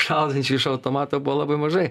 šaudančių iš automato buvo labai mažai